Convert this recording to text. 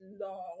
long